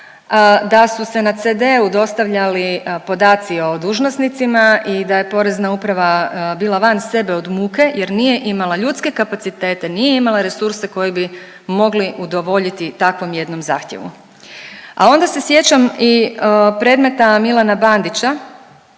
da su se na CD-u dostavljali podaci o dužnosnicima i da je Porezna uprava bila van sebe od muke jer nije imala ljudske kapacitete, nije imala resurse koji bi mogli udovoljiti takvom jednom zahtjevu. A onda se sjećam i predmeta Milana Bandića,